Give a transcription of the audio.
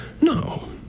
No